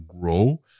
grow